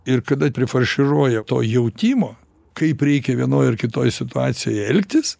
ir kada prifarširuoja to jautimo kaip reikia vienoj ar kitoj situacijoj elgtis